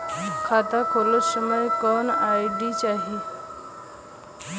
खाता खोलत समय कौन आई.डी चाही?